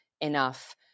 enough